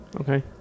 Okay